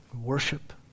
worship